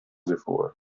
before